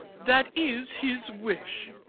that is his wish.